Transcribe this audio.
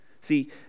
See